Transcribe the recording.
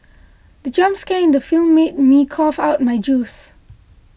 the jump scare in the film made me cough out my juice